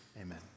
amen